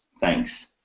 thanks